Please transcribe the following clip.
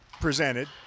presented